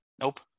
Nope